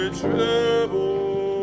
trouble